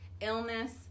illness